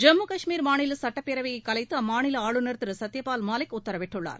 ஜம்மு கஷ்மீர் மாநில சட்டப்பேரவையைக் கலைத்து அம்மாநில ஆளுநர் திரு சத்யபால் மாலிக் உத்தரவிட்டுள்ளார்